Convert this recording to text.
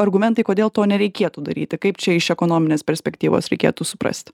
argumentai kodėl to nereikėtų daryti kaip čia iš ekonominės perspektyvos reikėtų suprasti